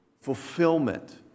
fulfillment